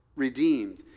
Redeemed